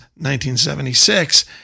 1976